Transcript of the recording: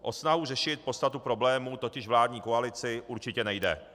O snahu řešit podstatu problémů totiž vládní koalici určitě nejde.